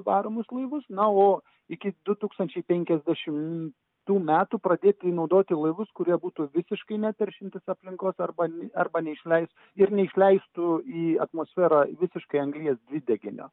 varomus laivus na o iki du tūkstančiai penkiasdešimtų metų pradėti naudoti laivus kurie būtų visiškai neteršiantys aplinkos arba arba neišleis ir neišleistų į atmosferą visiškai anglies dvideginio